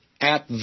At